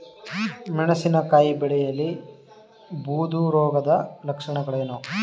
ಮೆಣಸಿನಕಾಯಿ ಬೆಳೆಯಲ್ಲಿ ಬೂದು ರೋಗದ ಲಕ್ಷಣಗಳೇನು?